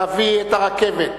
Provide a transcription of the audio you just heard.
להביא את הרכבת,